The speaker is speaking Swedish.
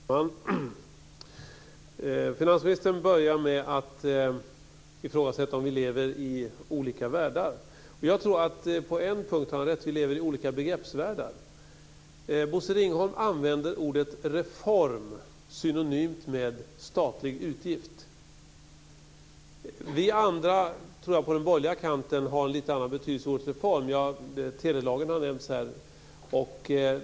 Herr talman! Finansministern börjar med att ifrågasätta om vi lever i olika världar. Jag tror att han har rätt på en punkt, att vi lever i olika begreppsvärldar. Bosse Ringholm använder ordet reform synonymt med statlig utgift. Jag tror att för oss andra på den borgerliga kanten har ordet reform en något annan betydelse. Telelagen har nämnts här.